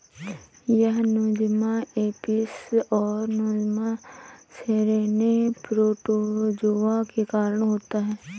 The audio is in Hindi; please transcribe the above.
यह नोज़ेमा एपिस और नोज़ेमा सेरेने प्रोटोज़ोआ के कारण होता है